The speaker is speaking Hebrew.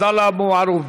ואחריו, עבדאללה אבו מערוף.